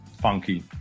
funky